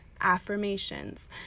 affirmations